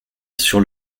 sur